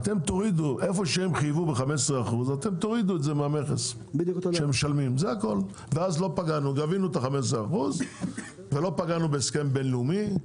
את ה-15% שהם חייבו תורידו מהמכס שמשלמים ואז לא פגענו בהסכם הבינלאומי.